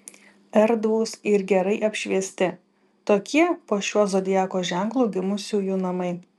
erdvūs ir gerai apšviesti tokie po šiuo zodiako ženklu gimusiųjų namai